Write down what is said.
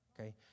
Okay